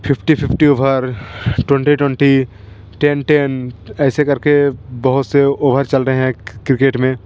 fifty fifty over twenty twenty ten ten ऐसे कर के बहुत से ओवर चल रहे हैं क्रिकेट में